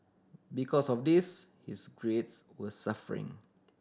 because of this his grades were suffering